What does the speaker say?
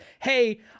Hey